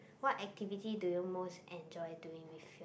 what activity do you most enjoy doing with your